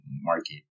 market